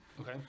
okay